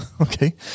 okay